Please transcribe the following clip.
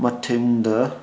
ꯃꯊꯟꯗ